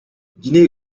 guinée